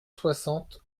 soixante